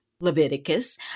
Leviticus